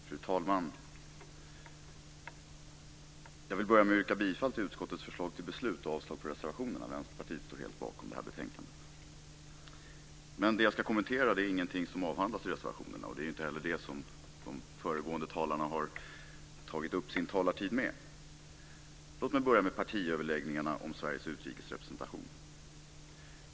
Fru talman! Jag vill börja med att yrka bifall till utskottets förslag till beslut och avslag på reservationerna. Vänsterpartiet står helt bakom förslaget i det här betänkandet. Det som jag ska kommentera är ingenting som avhandlas i reservationerna. Det är inte heller det som de föregående talarna har tagit upp sin talartid med. Låt mig börja med partiöverläggningarna om Sveriges utrikesrepresentation.